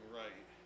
right